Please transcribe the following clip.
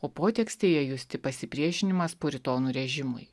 o potekstėje justi pasipriešinimas puritonų režimui